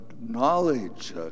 knowledge